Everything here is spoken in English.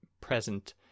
present